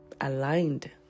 aligned